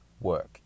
work